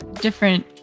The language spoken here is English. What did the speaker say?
different